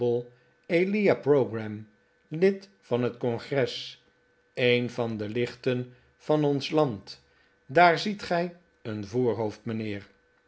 lid van het congres een van de lichten van ons land daar ziet gij een voorhoofd mijnheer